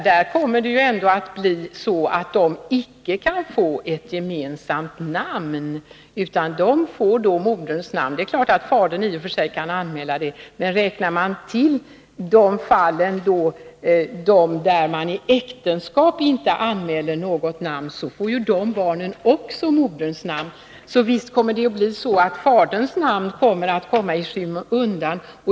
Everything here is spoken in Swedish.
De kan icke få ett gemensamt namn, utan de får moderns namn. Dessutom kan fadern i och för sig anmäla ett annat namn. Också i de fall där gifta föräldrar inte anmäler något namn får barnen moderns namn. Visst kommer faderns namn att hamna i skymundan.